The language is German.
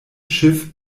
schiff